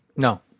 No